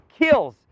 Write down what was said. kills